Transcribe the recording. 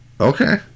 Okay